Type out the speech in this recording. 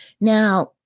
Now